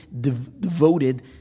devoted